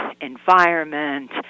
environment